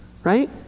Right